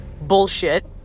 bullshit